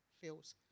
feels